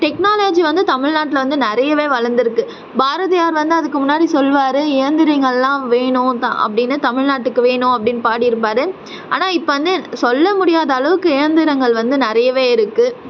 technology வந்து தமிழ்நாட்டில் வந்து நிறையவே வளர்ந்துருக்கு பாரதியார் வந்து அதுக்கு முன்னாடி சொல்லுவார் இந்திரங்கள் எல்லாம் வேணும் அப்படினு தமிழ்நாட்டுக்கு வேணும் அப்படினு பாடிருப்பார் ஆனால் இப்போ வந்து சொல்ல முடியாத அளவுக்கு இயந்திரங்கள் வந்து நிறையவே இருக்கு